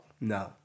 No